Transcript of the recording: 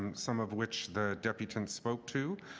um some of which the debutante spoke to,